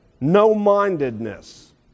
no-mindedness